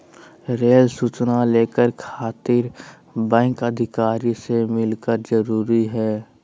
Rail सूचना labour खातिर bank अधिकारी से मिलक जरूरी है?